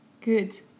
good